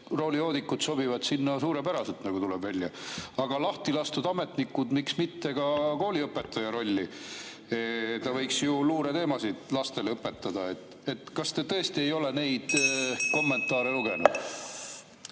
roolijoodikud sobivad sinna suurepäraselt, nagu tuleb välja. Aga lahti lastud ametnikud – miks mitte ka kooliõpetaja rolli? Ta võiks ju luureteemasid lastele õpetada. (Juhataja helistab kella.) Kas te tõesti ei ole neid kommentaare lugenud?